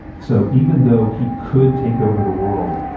so even though he could take over the world,